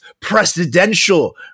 presidential